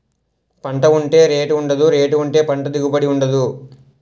పంట ఉంటే రేటు ఉండదు, రేటు ఉంటే పంట దిగుబడి ఉండదు